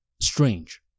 strange